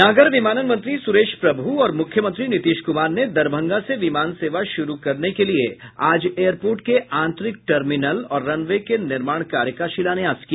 नागर विमानन मंत्री सुरेश प्रभू और मुख्यमंत्री नीतीश कुमार ने दरभंगा से विमान सेवा शुरू करने के लिये आज एयरपोर्ट के आंतरिक टर्मिनल और रनवे के निर्माण कार्य का शिलान्यास किया